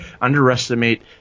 underestimate